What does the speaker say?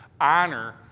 honor